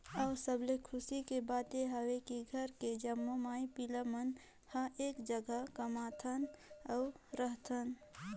अउ सबले खुसी के बात ये हवे की घर के जम्मो माई पिला मन हर एक जघा कमाथन अउ रहथन